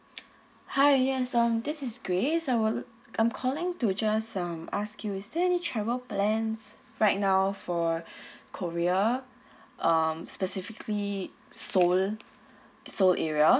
hi yes um this is grace I was I'm calling to just um ask you is there any travel plans right now for korea um specifically seoul seoul area